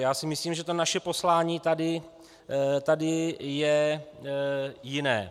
Já si myslím, že to naše poslání tady je jiné.